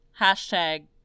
Hashtag